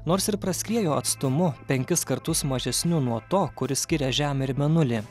nors ir praskriejo atstumu penkis kartus mažesniu nuo to kuris skiria žemę ir mėnulį